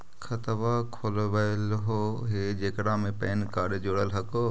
खातवा खोलवैलहो हे जेकरा मे पैन कार्ड जोड़ल हको?